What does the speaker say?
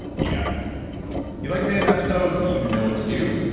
you got it you liked today's episode, you know what to do.